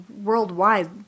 worldwide